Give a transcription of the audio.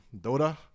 DOTA